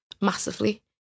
massively